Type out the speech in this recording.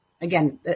Again